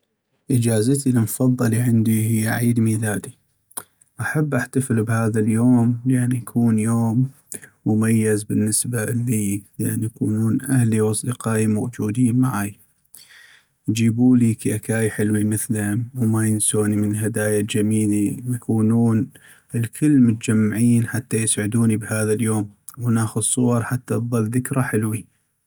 اجازتي المفضلي عندي هي عيد ميلادي ، احب احتفل بهذا اليوم لأن يكون يوم مميز بالنسبة لي لأن يكونون أهلي واصدقائي موجودين معاي ، يجيبولي كيكاي حلوي مثلم ، وما ينسوني من الهدايا الجميلي ، ويكونون الكل مجمعين حتى يسعدوني بهذا اليوم ، ونأخذ صور حتى تضل ذكرى حلوي.